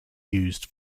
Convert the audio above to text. used